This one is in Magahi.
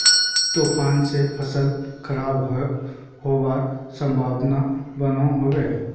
तूफान से फसल खराब होबार संभावना बनो होबे?